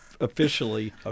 officially